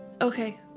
okay